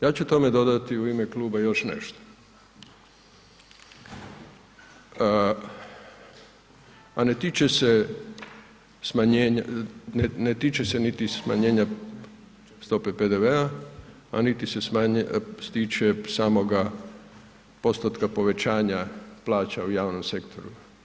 Ja ću tome dodati u ime kluba još nešto, a ne tiče se niti smanjenja stope PDV-a, a niti se tiče samoga postotka povećanja plaća u javnom sektoru.